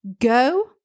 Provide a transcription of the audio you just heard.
go